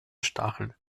stachel